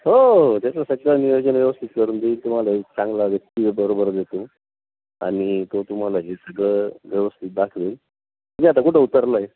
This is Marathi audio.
हो हो त्याचं सगळं नियोजन व्यवस्थित करून देईल तुम्हाला एक चांगला व्यक्ती बरोबर देतो आणि तो तुम्हाला हे सगळं व्यवस्थित दाखवेल आता कुठं उतरला आहे